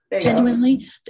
Genuinely